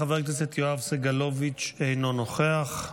חבר הכנסת יואב סגלוביץ' אינו נוכח.